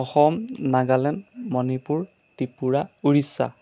Assam Nagaland Manipur Tripura Orissa